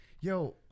Yo